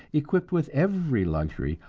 equipped with every luxury,